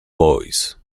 boys